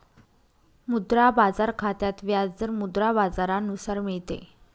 मुद्रा बाजार खात्यात व्याज दर मुद्रा बाजारानुसार मिळते